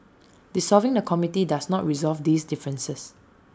dissolving the committee does not resolve these differences